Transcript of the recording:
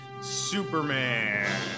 Superman